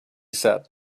said